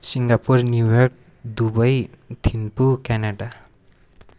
Singapore New York Dubai Thimphu Canada